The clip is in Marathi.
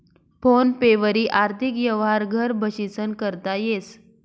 फोन पे वरी आर्थिक यवहार घर बशीसन करता येस